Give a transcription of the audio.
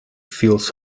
feels